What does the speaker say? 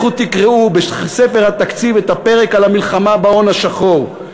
לכו תקראו בספר התקציב את הפרק על המלחמה בהון השחור.